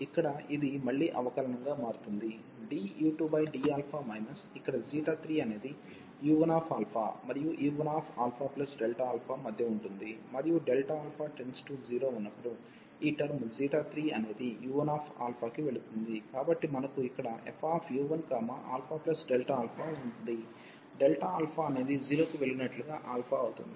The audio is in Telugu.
ఇక్కడ ఇది మళ్ళీ అవకలనం గా మారుతుంది du2d మైనస్ ఇక్కడ 3 అనేది u1α మరియు u1α మధ్య ఉంటుంది మరియు α→0 ఉన్నప్పుడు ఈ టర్మ్ 3 అనేది u1α కి వెళుతుంది కాబట్టి మనకు ఇక్కడ fu1αఉంది డెల్టా ఆల్ఫా అనేది 0 కి వెళ్ళినట్లుగా ఆల్ఫా అవుతుంది